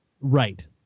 Right